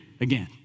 again